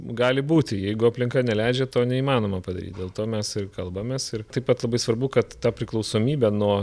gali būti jeigu aplinka neleidžia to neįmanoma padaryt dėl to mes kalbamės ir taip pat labai svarbu kad ta priklausomybė nuo